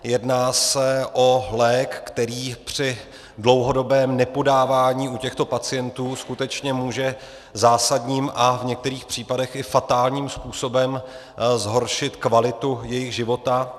Jedná se o lék, který při dlouhodobém nepodávání u těchto pacient skutečně může zásadním a v některých případech i fatálním způsobem zhoršit kvalitu jejich života.